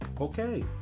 Okay